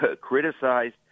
criticized